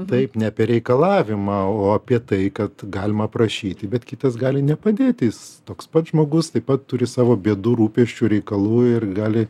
taip ne apie reikalavimą o apie tai kad galima prašyti bet kitas gali nepadėti jis toks pats žmogus taip pat turi savo bėdų rūpesčių reikalų ir gali